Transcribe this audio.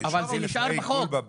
אבל זה נשאר בחוק.